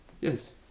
Yes